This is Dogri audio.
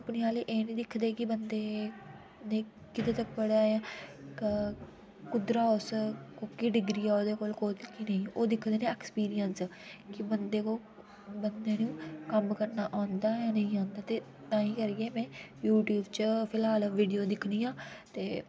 कम्पनी आह्ले एह् नी दिखदे कि बंदे ने कुत्थुं तक पढ़ेआ ऐ कुद्धरा उस कोह्की डिग्री ऐ ओह्दे कोल कोह्की नेईं ओह् दिखदे न ऐक्सपीरियंस कि बंदे को बंदे नूं कम्म करना औंदा ऐ नेईं औंदा ऐ ते ताईं करियै में यूट्यूब च फिलहाल वीडियो दिक्खनी आं ते